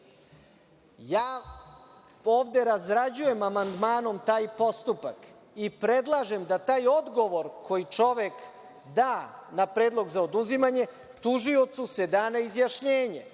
ovde razrađujem amandmanom taj postupak i predlažem da se taj odgovor, koji čovek da na predlog za oduzimanje tužiocu, da na izjašnjenje.